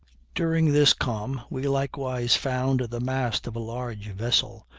during this calm we likewise found the mast of a large vessel,